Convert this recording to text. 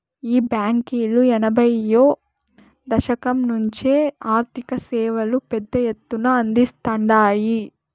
ఈ బాంకీలు ఎనభైయ్యో దశకం నుంచే ఆర్థిక సేవలు పెద్ద ఎత్తున అందిస్తాండాయి